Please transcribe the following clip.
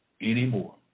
anymore